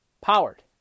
Powered